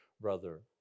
brother